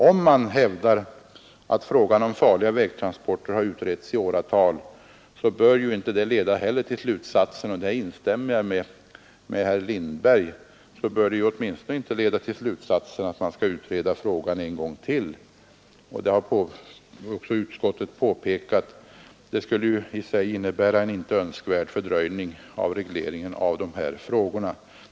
Om man alltså hävdar att frågan om farliga vägtransporter har utretts i åratal, så bör ju detta inte leda till slutsatsen — och där instämmer jag med herr Lindberg — att man skall utreda frågan en gång till. Detta har också utskottet påpekat. Det skulle i sig innebära en icke önskvärd fördröjning av regleringen av dessa frågor.